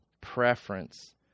preference